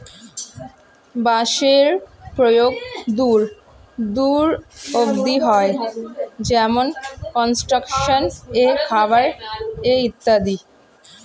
বাঁশের প্রয়োগ দূর দূর অব্দি হয়, যেমন কনস্ট্রাকশন এ, খাবার এ ইত্যাদি